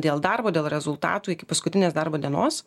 dėl darbo dėl rezultatų iki paskutinės darbo dienos